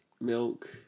Milk